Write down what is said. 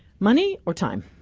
money or time?